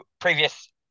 previous